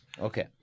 okay